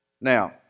Now